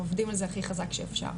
אנחנו עובדים על זה הכי חזק שאפשר.